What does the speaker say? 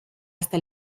hasta